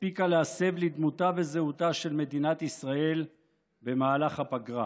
הספיקה להסב לדמותה ולזהותה של מדינת ישראל במהלך הפגרה.